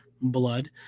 blood